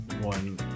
one